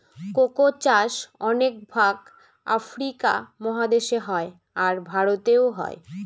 cocoa চাষ অনেক ভাগ আফ্রিকা মহাদেশে হয়, আর ভারতেও হয়